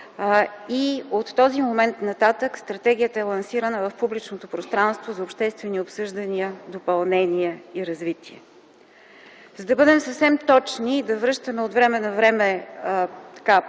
и от този момент нататък Стратегията е лансирана в публичното пространство за обществени обсъждания, допълнения и развитие. За да бъдем съвсем точни и да се връщаме от време на време какво